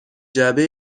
جعبه